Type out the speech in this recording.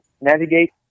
navigate